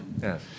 Yes